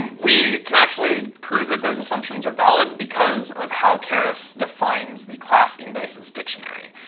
we can actually prove that those assumptions are valid because of how keras defines the class indices dictionary.